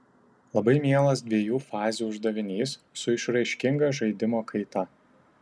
labai mielas dviejų fazių uždavinys su išraiškinga žaidimo kaita